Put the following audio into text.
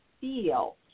feel